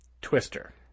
Twister